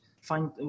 find